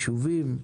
ישובים?